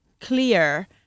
clear